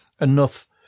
enough